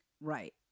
Right